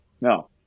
No